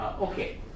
Okay